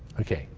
ok,